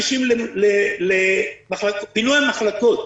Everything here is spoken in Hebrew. פינוי המחלקות.